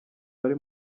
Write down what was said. bari